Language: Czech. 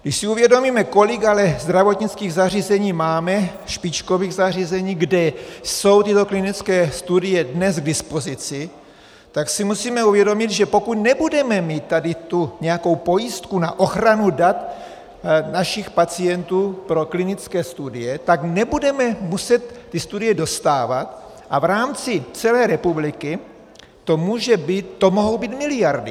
Když si uvědomíme, kolik ale zdravotnických zařízení máme, špičkových zařízení, kde jsou tyto klinické studie dnes k dispozici, tak si musíme uvědomit, že pokud nebudeme mít nějakou pojistku na ochranu dat našich pacientů pro klinické studie, tak nebudeme muset ty studie dostávat a v rámci celé republiky to mohou být miliardy.